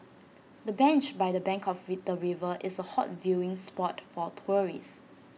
the bench by the bank of feather river is A hot viewing spot for tourists